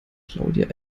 claudia